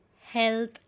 health